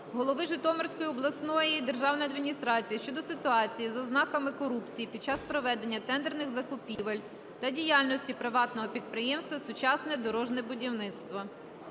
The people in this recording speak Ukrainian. голови Житомирської обласної державної адміністрації щодо ситуації з ознаками корупції під час проведення тендерних закупівель та діяльності приватного підприємства "Сучасне дорожнє будівництво".